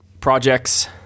projects